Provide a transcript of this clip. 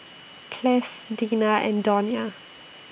Ples Deena and Donia